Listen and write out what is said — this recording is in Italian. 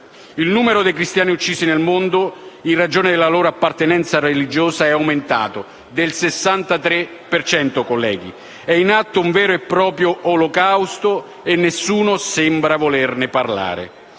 Il numero dei cristiani uccisi nel mondo in ragione della loro appartenenza religiosa è aumentato del 63 per cento. È in atto un vero e proprio olocausto e nessuno sembra volerne parlare.